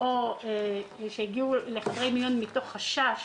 או הגיעו לחדרי מיון מתוך חשש